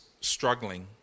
struggling